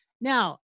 now